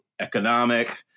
economic